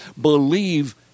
believe